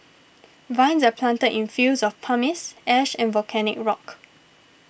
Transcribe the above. Vines are planted in fields of pumice ash and volcanic rock